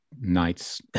nights